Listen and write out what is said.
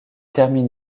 termine